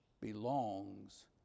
belongs